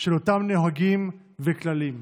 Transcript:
של אותם נוהגים וכללים.